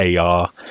ar